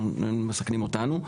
הם מסכנים אותנו,